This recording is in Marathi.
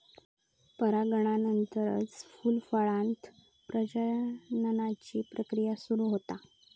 परागनानंतरच फूल, फळांत प्रजननाची प्रक्रिया सुरू होता